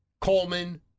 Coleman